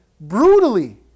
brutally